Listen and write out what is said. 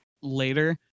later